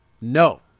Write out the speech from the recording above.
No